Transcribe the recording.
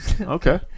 Okay